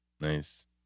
Nice